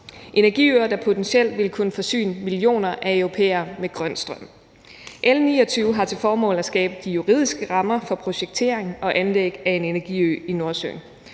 energiøer, der potentielt vil kunne forsyne millioner af europæere med grøn strøm. L 29 har til formål at skabe de juridiske rammer for projektering og anlæg af en energiø i Nordsøen.